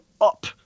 up